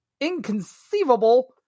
inconceivable